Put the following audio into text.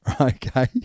okay